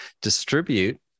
distribute